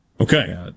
Okay